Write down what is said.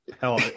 hell